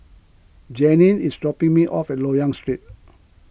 Jeanine is dropping me off at Loyang Street